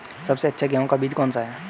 सबसे अच्छा गेहूँ का बीज कौन सा है?